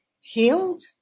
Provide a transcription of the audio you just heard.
healed